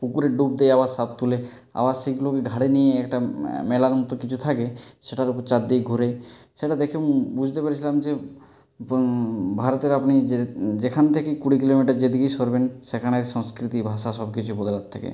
পুকুরে ডুব দেয় আবার সাপ তোলে আবার সেগুলোকে ঘাড়ে নিয়ে একটা মেলার মতো কিছু থাকে সেটার ওপর চারদিক ঘোরে সেটা দেখে বুঝতে পেরেছিলাম যে ভারতের আপনি যে যেখান থেকেই কুড়ি কিলোমিটার যেদিকেই সরবেন সেখানের সংস্কৃতি ভাষা সবকিছু বদলাতে থাকে